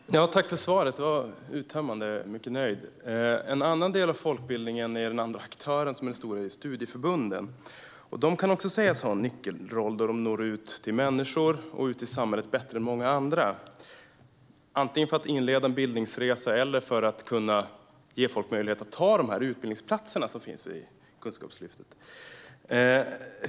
Herr talman! Tack för svaret! Det var uttömmande; jag är mycket nöjd. En annan del av folkbildningen är den andra stora aktören, som är studieförbunden. De kan också sägas ha en nyckelroll, då de når ut till människor och ut i samhället bättre än många andra för att ge folk möjlighet att antingen inleda en bildningsresa eller ta utbildningsplatserna som finns i Kunskapslyftet.